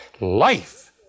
Life